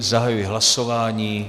Zahajuji hlasování.